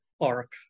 arc